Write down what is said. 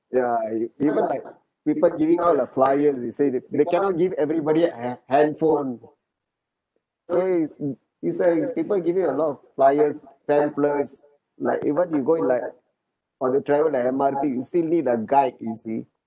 ya even like people giving out like flyers you see they cannot give everybody a handphone so it's it's a people giving a lot of flyers pamphlets like even you go in like on the travel like M_R_T you still need a guide you see